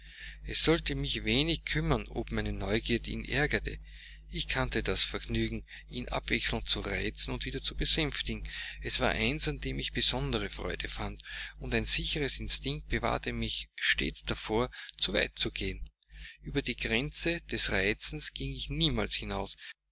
es sollte mich wenig kümmern ob meine neugierde ihn ärgerte ich kannte das vergnügen ihn abwechselnd zu reizen und wieder zu besänftigen es war eins an dem ich besondere freude fand und ein sicherer instinkt bewahrte mich stets davor zu weit zu gehen über die grenze des reizens ging ich niemals hinaus